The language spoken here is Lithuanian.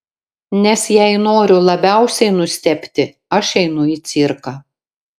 nes jei noriu labiausiai nustebti aš einu į cirką